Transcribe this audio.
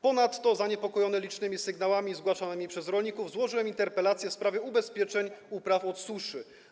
Ponadto, zaniepokojony licznymi sygnałami zgłaszanymi przez rolników, złożyłem interpelację w sprawie ubezpieczeń upraw od suszy.